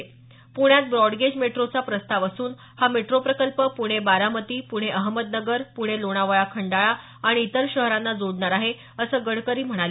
प्ण्यात ब्रॉडगेज मेट्रोचा प्रस्ताव असून हा मेट्रो प्रकल्प पुणे बारामती पुणे अहमदनगर पुणे लोणावळा खंडाळा आणि इतर शहरांना जोडणार आहे असं गडकरी म्हणाले